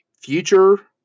future